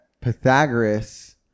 Pythagoras